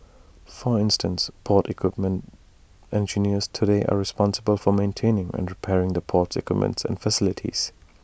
for instance port equipment engineers today are responsible for maintaining and repairing the port's equipment and facilities